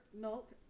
milk